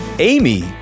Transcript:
Amy